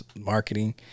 marketing